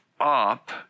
up